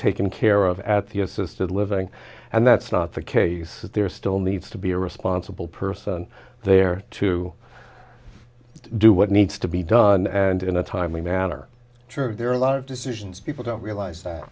taken care of at the assisted living and that's not the case that there still needs to be a responsible person there to do what needs to be done and in a timely manner true there are a lot of decisions people don't realize